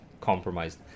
compromised